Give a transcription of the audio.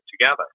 together